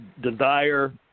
desire